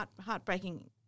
heartbreaking